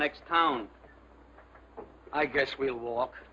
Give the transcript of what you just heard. next town i guess we'll walk